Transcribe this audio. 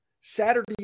Saturday